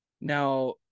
Now